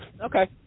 Okay